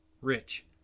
rich